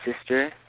sister